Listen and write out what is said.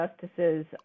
justices